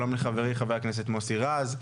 שלום לחברי חבר הכנסת מוסי רז.